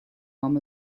arm